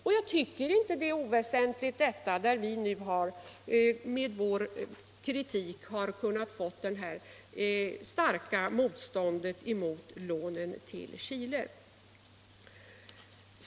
Och jag tycker inte att det är oväsentligt att vi med vår kritik har kunnat få till stånd ett starkt motstånd mot lånen till Chile.